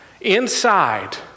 inside